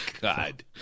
God